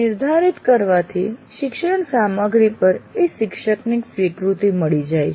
નિર્ધારિત કરવાથી શિક્ષણ સામગ્રી પર એ શિક્ષકની સ્વીકૃતિ મળી જાય છે